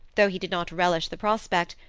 though he did not relish the prospect,